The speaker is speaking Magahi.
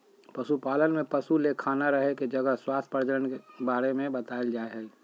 पशुपालन में पशु ले खाना रहे के जगह स्वास्थ्य प्रजनन बारे में बताल जाय हइ